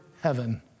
heaven